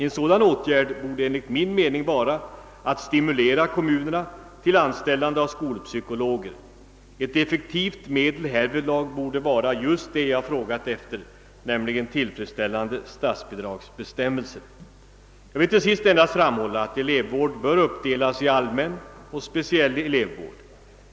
En sådan åtgärd borde enligt min mening vara att stimulera kommunerna till anställande av skolpsykologer. Ett effektivt medel härvidlag torde vara just det jag frågat efter, nämligen tillfredsställande statsbidragsbestämmelser. Jag vill till sist endast framhålla, att elevvården bör uppdelas i allmän och speciell elevvård.